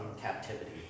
captivity